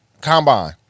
Combine